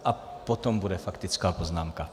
A potom bude faktická poznámka.